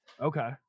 okay